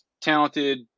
talented